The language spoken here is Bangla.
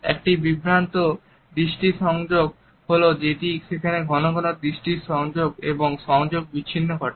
একটি বিভ্রান্ত দৃষ্টি সংযোগ হল সেটি যেখানে ঘনঘন দৃষ্টির সংযোগ এবং সংযোগ বিচ্ছিন্ন ঘটে